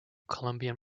colombian